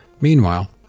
Meanwhile